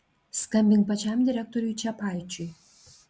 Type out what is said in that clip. skambink pačiam direktoriui čepaičiui